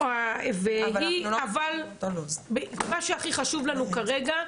אבל מה שהכי חשוב לנו כרגע,